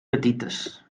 petites